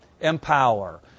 Empower